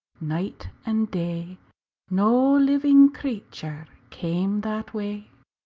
night and day no living creature came that way.